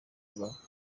rubavu